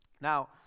Now